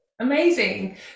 amazing